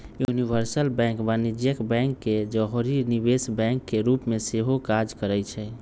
universal bank वाणिज्यिक bank के जौरही निवेश बैंक के रूप में सेहो काज करइ छै